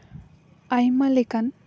ᱟᱭᱢᱟ ᱞᱮᱠᱟᱱ